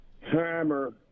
Hammer